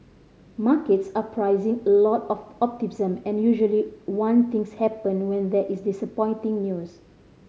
markets are pricing a lot of optimism and usually one things happen when there is disappointing news